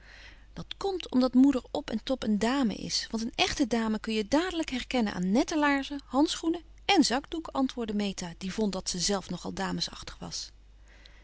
dat komt omdat moeder op en top een dame is want een echte dame kun je dadelijk herkennen aan nette laarzen handschoenen en zakdoek antwoordde meta die vond dat ze zelf nogal damesachtig was